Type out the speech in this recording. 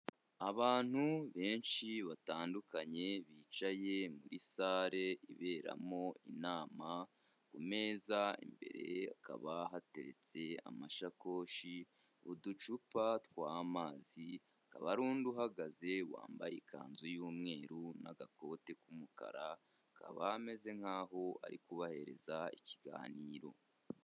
Abantu benshi batandukanye bicaye muri sale iberamo inama, kumeza imbere hakaba hatetse amasakoshi, uducupa tw'amazi, hakaba hari undi uhagaze wambaye ikanzu y'umweru n'agakoti k'umukara, akaba ameze nk'aho ari kubahereza ikiganiro.